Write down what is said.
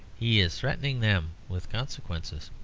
he is threatening them with consequences.